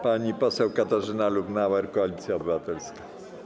Pani poseł Katarzyna Lubnauer, Koalicja Obywatelska.